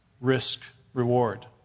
risk-reward